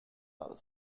are